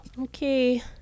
Okay